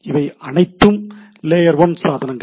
இவை அனைத்தும் லேயர் 1 சாதனங்கள்